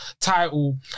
title